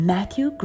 Matthew